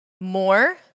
more